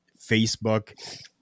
facebook